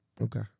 Okay